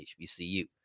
HBCU